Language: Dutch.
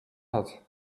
had